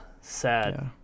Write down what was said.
sad